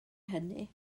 hynny